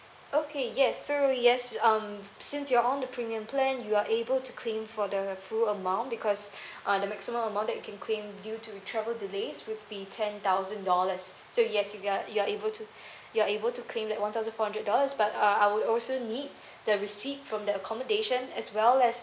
okay yes so yes um since you're on the premium plan you're able to claim for the full amount because uh the maximum amount that you can claim due to travel delays would be ten thousand dollars so yes you're you're able to you're able to claim that one thousand four hundred dollars but uh I would also need the receipt from the accommodation as well as